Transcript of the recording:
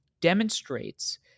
demonstrates